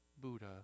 Buddha